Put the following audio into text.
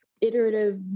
iterative